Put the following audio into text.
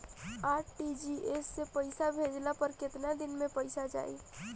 RTGS से पईसा भेजला पर केतना दिन मे पईसा जाई?